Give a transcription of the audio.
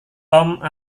tom